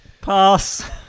Pass